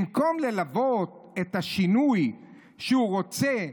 במקום ללוות את השינוי שהוא רוצה,